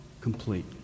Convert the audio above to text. complete